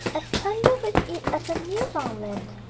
as tender with it as a newfunland!